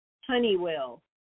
Honeywell